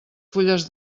fulles